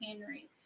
henry